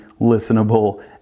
listenable